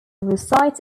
resides